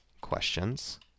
questions